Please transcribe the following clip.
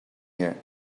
here